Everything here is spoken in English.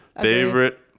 Favorite